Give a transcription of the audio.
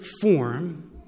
form